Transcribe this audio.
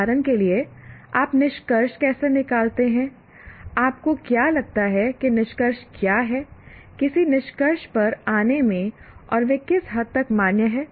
उदाहरण के लिए आप निष्कर्ष कैसे निकालते हैं आपको क्या लगता है कि निष्कर्ष क्या हैं किसी निष्कर्ष पर आने में और वे किस हद तक मान्य हैं